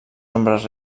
nombres